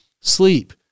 sleep